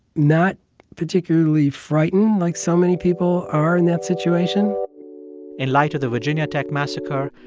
not particularly frightened like so many people are in that situation in light of the virginia tech massacre,